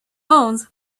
bones